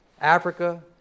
Africa